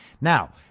Now